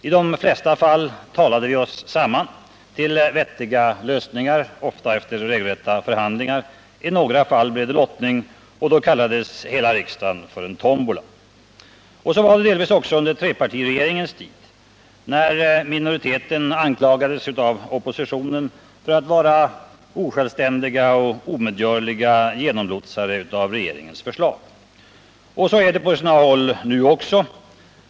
I de flesta fall talade vi oss samman till vettiga lösningar, ofta efter regelrätta förhandlingar. I några fall blev det lottning, och då kallades hela riksdagen för en tombola. Så var det delvis också under 169 trepartiregeringens tid, när majoriteten anklagades av oppositionen för att osjälvständigt och omedgörligt lotsa regeringens förslag genom riksdagen. Så är det på sina håll nu också.